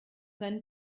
seinen